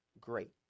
great